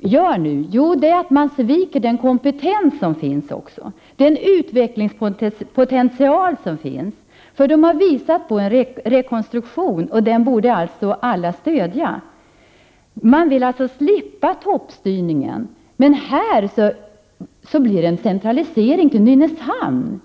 gör nu? Jo, man sviker också den kompetens och utvecklingspotential som finns där. Det har presenterats ett förslag till rekonstruktion, och det borde alla stödja. Man vill slippa toppstyrningen, men här blir det en centralisering till Nynäshamn.